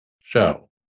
show